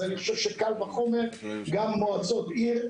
אז אני חושב שקל וחומר גם מועצות עיר.